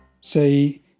Say